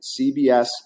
CBS